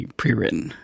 pre-written